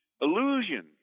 illusion